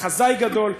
מחזאי גדול,